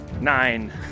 Nine